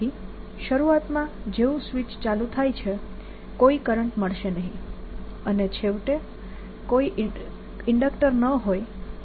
તેથી શરૂઆતમાં જેવું સ્વિચ ચાલુ થાય છે કોઈ કરંટ મળશે નહિ અને છેવટે કોઈ ઇન્ડક્ટર ન હોય તેમ કરંટ ER બને છે